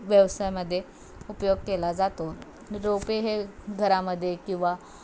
व्यवसायमध्ये उपयोग केला जातो रोपे हे घरामध्ये किंवा